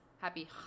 Happy